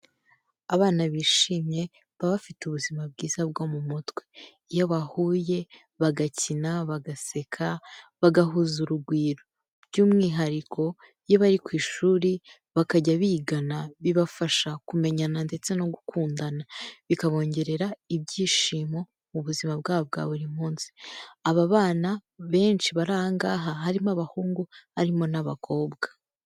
Abana bishimye baba bafite ubuzima bwiza bwo mu mutwe, iyo bahuye bagakina bagaseka bagahuza urugwiro, by'umwihariko iyo bari ku ishuri bakajya bigana bibafasha kumenyana ndetse no gukundana, bikabongerera ibyishimo mu buzima bwa bo bwa buri munsi, aba bana benshi bari aha ngaha harimo abahungu harimo n'abakobwa.